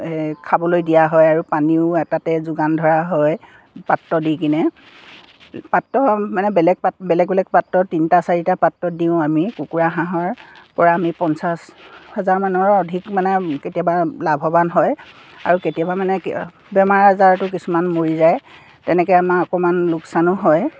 খাবলৈ দিয়া হয় আৰু পানীও এটাতে যোগান ধৰা হয় পাত্ৰ দি কিনে পাত্ৰ মানে বেলেগ বেলেগ বেলেগ পাত্ৰত তিনিটা চাৰিটা পাত্ৰত দিওঁ আমি কুকুৰা হাঁহৰ পৰা আমি পঞ্চাছ হাজাৰ মানৰ অধিক মানে কেতিয়াবা লাভৱান হয় আৰু কেতিয়াবা মানে বেমাৰ আজাৰতো কিছুমান মৰি যায় তেনেকৈ আমাৰ অকণমান লোকচানো হয়